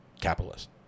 capitalist